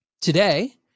today